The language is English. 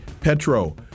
Petro